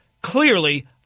Clearly